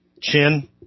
chin